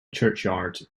churchyard